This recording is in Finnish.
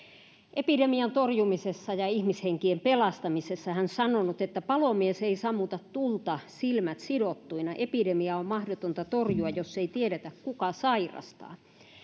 epidemian torjumisessa ja ihmishenkien pelastamisessa hän on sanonut että palomies ei sammuta tulta silmät sidottuina epidemiaa on mahdotonta torjua jos ei tiedetä kuka sairastaa